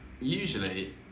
usually